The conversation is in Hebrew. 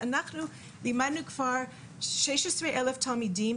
אנחנו לימדנו כבר 16 אלף תלמידים,